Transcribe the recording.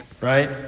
Right